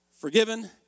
Forgiven